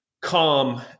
calm